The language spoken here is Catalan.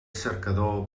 cercador